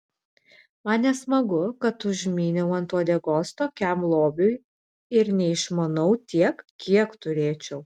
man nesmagu kad užmyniau ant uodegos tokiam lobiui ir neišmanau tiek kiek turėčiau